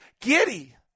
giddy